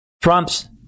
Trump's